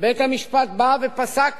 בית-המשפט בא ופסק